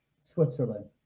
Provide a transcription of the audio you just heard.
Switzerland